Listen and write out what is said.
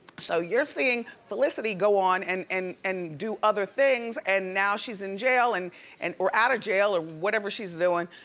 so, you're seeing felicity go on and and and do other things, and now, she's in jail, and and or out of jail. whatever she's doing.